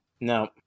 No